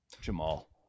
Jamal